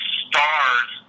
stars